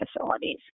facilities